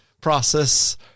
process